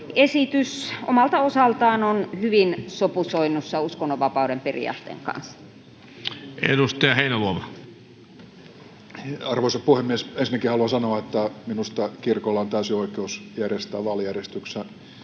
esitys omalta osaltaan on hyvin sopusoinnussa uskonnonvapauden periaatteen kanssa. Arvoisa puhemies! Ensinnäkin haluan sanoa, että minusta kirkolla on täysi oikeus järjestää vaalijärjestyksensä